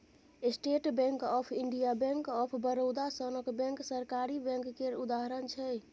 state bank of India, bank of Baroda सनक bank सरकारी bank केर उदाहरण छै